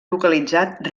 localitzat